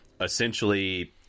essentially